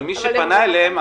אבל מי שפנה אליהם,